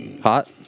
Hot